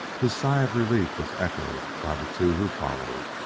his sigh of relief was echoed by the two who followed,